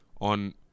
on